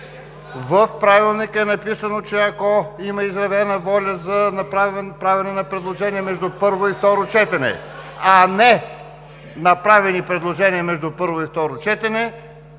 В Правилника е написано, че ако има изявена воля за правене на предложение между първо и второ четене, а не направени предложения между първо и второ четене,